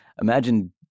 imagine